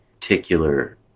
particular